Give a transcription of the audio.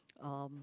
um